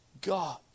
God